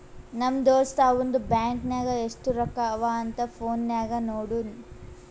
ನಮ್ ದೋಸ್ತ ಅವಂದು ಬ್ಯಾಂಕ್ ನಾಗ್ ಎಸ್ಟ್ ರೊಕ್ಕಾ ಅವಾ ಅಂತ್ ಫೋನ್ ನಾಗೆ ನೋಡುನ್